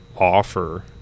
offer